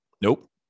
Nope